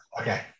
Okay